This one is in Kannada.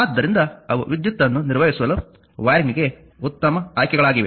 ಆದ್ದರಿಂದ ಅವು ವಿದ್ಯುತ್ ಅನ್ನು ನಿರ್ವಹಿಸಲು ವೈರಿಂಗ್ಗೆ ಉತ್ತಮ ಆಯ್ಕೆಗಳಾಗಿವೆ